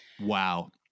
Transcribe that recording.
Wow